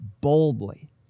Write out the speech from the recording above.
boldly